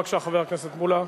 בבקשה, חבר הכנסת מולה,